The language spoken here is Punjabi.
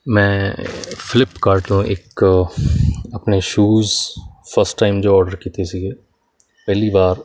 ਮੈਂ ਫਲਿਪ ਕਾਰਟ ਤੋਂ ਇੱਕ ਆਪਣੇ ਸ਼ੂਜ ਫਸਟ ਟਾਈਮ ਜੋ ਆਰਡਰ ਕੀਤੇ ਸੀਗੇ ਪਹਿਲੀ ਵਾਰ